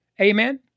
amen